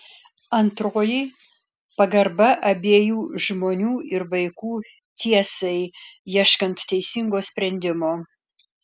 antroji pagarba abiejų žmonių ir vaikų tiesai ieškant teisingo sprendimo